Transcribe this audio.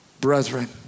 brethren